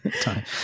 time